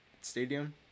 stadium